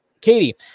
Katie